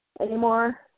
anymore